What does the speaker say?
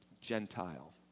Gentile